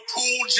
Pool